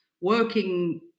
working